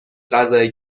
غذای